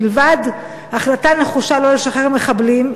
מלבד החלטה נחושה שלא לשחרר מחבלים,